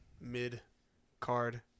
mid-card